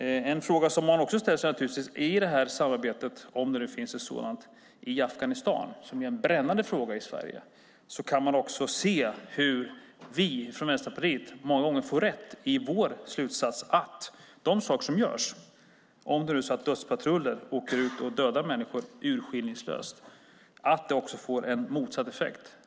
I fråga om det här samarbetet i Afghanistan, om det nu finns ett sådant, en brännande fråga i Sverige, kan man se hur vi i Vänsterpartiet många gånger får rätt i vår slutsats om att saker som görs - om det nu är så att dödspatruller åker ut och urskillningslöst dödar människor - får motsatt effekt.